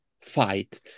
fight